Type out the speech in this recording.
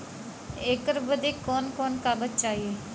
ऐकर बदे कवन कवन कागज चाही?